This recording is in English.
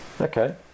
Okay